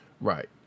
Right